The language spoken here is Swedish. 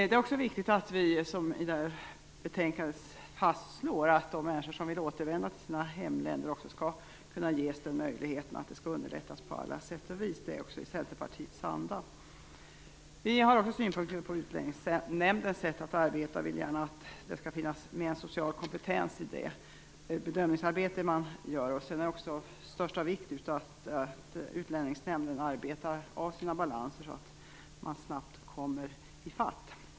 Det är också viktigt att man, som i betänkandet, fastslår att det människor som vill återvända till sina hemländer också skall ges den möjligheten, och att det skall underlättas på alla sätt och vis. Detta är i Centerpartiets anda. Vi har synpunkter på Utlänningsnämnden och dess sätt att arbeta. Det bör finnas med en social kompetens i det bedömningsarbete som görs. Det är också av största vikt att Utlänningsnämnden arbetar av sina balanser, så att den snabbt kommer i fatt.